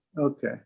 Okay